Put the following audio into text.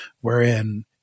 wherein